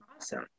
Awesome